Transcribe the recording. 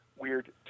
weird